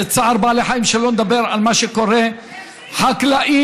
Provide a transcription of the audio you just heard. זה צער בעלי חיים, שלא לדבר על מה שקורה: חקלאים,